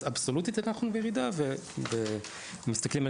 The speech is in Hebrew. אז אבסולוטית אנחנו בירידה; אם מסתכלים על